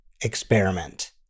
experiment